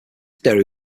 dairy